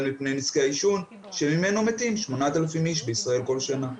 מפני נזקי העישון שממנו מתים 8,000 אנשים בישראל כל שנה.